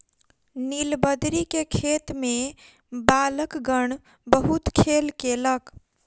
नीलबदरी के खेत में बालकगण बहुत खेल केलक